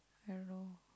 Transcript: I don't know